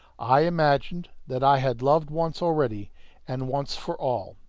i imagined that i had loved once already and once for all.